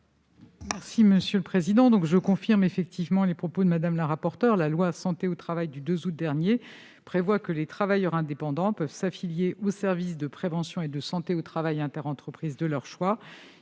du Gouvernement ? Je confirme les propos de Mme la rapporteure. La loi Santé au travail du 2 août dernier prévoit en effet que les travailleurs indépendants peuvent s'affilier au service de prévention et de santé au travail interentreprises de leur choix.